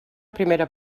primera